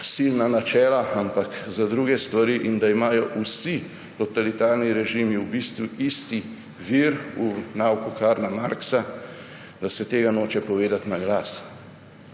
silna načela, ampak za druge stvari, in da imajo vsi totalitarni režimi v bistvu isti vir v nauku Karla Marxa – tega se noče povedati na glas.